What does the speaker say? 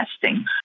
testing